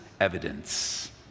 evidence